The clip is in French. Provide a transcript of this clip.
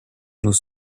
nous